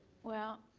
well,